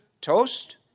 Toast